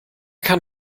kann